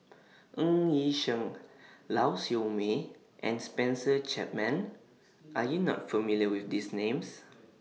Ng Yi Sheng Lau Siew Mei and Spencer Chapman Are YOU not familiar with These Names